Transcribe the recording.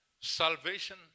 Salvation